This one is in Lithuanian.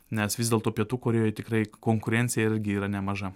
nes vis dėlto pietų korėjoj tikrai konkurencija irgi yra nemaža